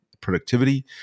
productivity